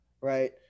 Right